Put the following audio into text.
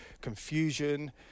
confusion